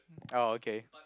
orh okay